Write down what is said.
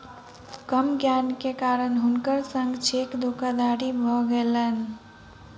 कम ज्ञान के कारण हुनकर संग चेक धोखादड़ी भ गेलैन